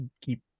keep